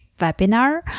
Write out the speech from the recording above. webinar